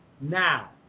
now